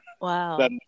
Wow